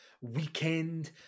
weekend